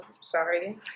sorry